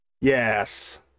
Yes